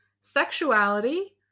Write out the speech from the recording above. sexuality